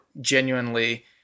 genuinely